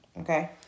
Okay